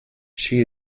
she